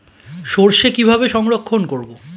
সরষে কিভাবে সংরক্ষণ করব?